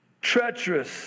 treacherous